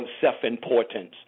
self-importance